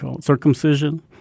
circumcision